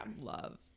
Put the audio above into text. love